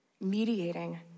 mediating